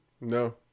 No